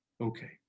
Okay